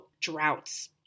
droughts